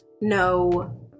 no